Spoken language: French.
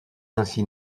ainsi